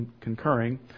concurring